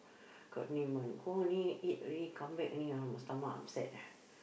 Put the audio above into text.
got name one go only eat already come back only ah my stomach upset ah